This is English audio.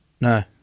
No